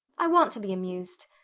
i want to be amused.